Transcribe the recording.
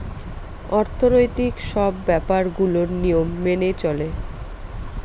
অর্থনৈতিক সব ব্যাপার গুলোর নিয়ম মেনে চলে